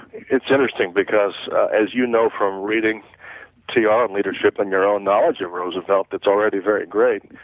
it's interesting because as you know from reading t r. on leadership' and your own knowledge of roosevelt that's already very great,